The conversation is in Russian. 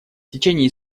течение